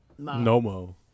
NoMo